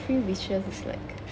three wishes is like